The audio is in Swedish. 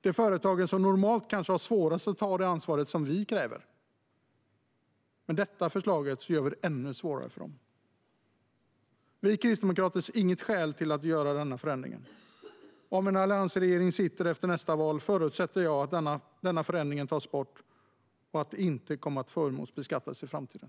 De företagen är de som kanske normalt har svårast att ta det ansvar som krävs. Med detta förslag gör man det ännu svårare. Vi kristdemokrater ser inga skäl till förändringen. Om det blir en alliansregering efter nästa val förutsätter jag att denna förändring tas bort och att det inte kommer att förmånsbeskattas i framtiden.